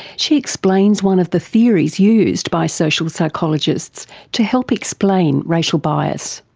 she explains one of the theories used by social psychologists to help explain racial bias.